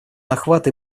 охват